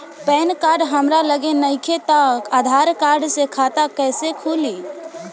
Pan card हमरा लगे नईखे त आधार कार्ड से खाता कैसे खुली?